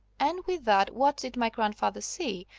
and with that what did my grandfather see,